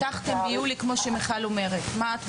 הבטחתם יולי, כפי שאמרה מיכל תג'ר.